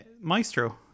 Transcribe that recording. Maestro